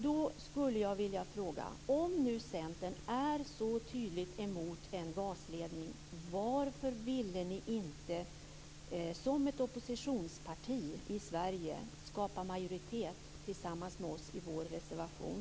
Då skulle jag vilja fråga: Om nu Centern så tydligt är emot en gasledning, varför ville ni då inte som ett oppositionsparti i Sverige skapa majoritet tillsammans med oss i vår reservation?